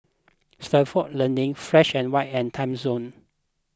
Stalford Learning Fresh and White and Timezone